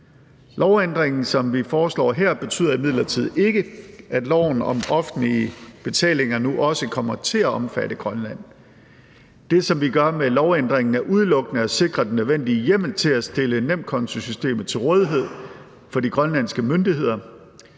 Lovændringen, som vi foreslår her, betyder imidlertid ikke, at loven om offentlige betalinger nu også kommer til at omfatte Grønland. Det, som vi gør med lovændringen, er udelukkende at sikre den nødvendige hjemmel til at stille nemkontosystemet til rådighed for de grønlandske myndigheder,